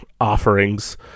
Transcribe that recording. offerings